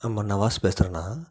ஆமாம் நான் வாசு பேசுகிறேண்ணா